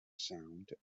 sound